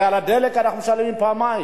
הרי על הדלק אנחנו משלמים פעמיים: